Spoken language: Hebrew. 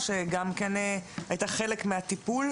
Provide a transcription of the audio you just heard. שגם הייתה חלק מהטיפול,